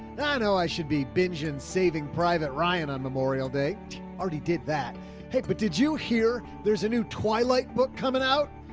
i know i should be bitching, saving private ryan on memorial day already did that pick, but did you hear there's a new twilight book coming out.